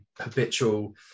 habitual